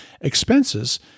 expenses